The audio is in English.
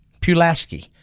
Pulaski